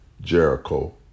Jericho